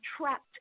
trapped